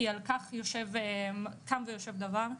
כי על כך קם ויושב דבר,